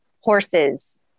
horses